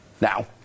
Now